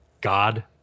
God